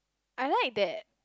I like that